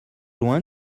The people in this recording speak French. loin